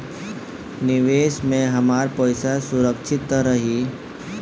निवेश में हमार पईसा सुरक्षित त रही?